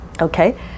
Okay